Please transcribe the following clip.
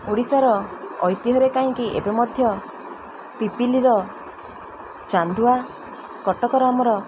ଓଡ଼ିଶାର ଐତିହ୍ୟରେ କାହିଁକି ଏବେ ମଧ୍ୟ ପିପିଲିର ଚାନ୍ଦୁଆ କଟକର ଆମର